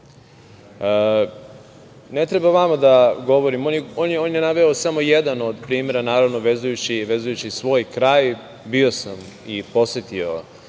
treba vama da govorim. On je naveo samo jedan od primera, naravno, vezujući svoj kraj. Bio sam i posetio